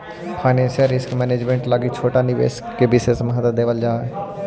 financial risk management लगी छोटा निवेश के विशेष महत्व देल जा हई